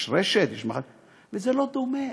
יש "רשת" זה לא דומה,